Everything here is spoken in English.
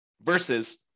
versus